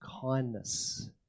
kindness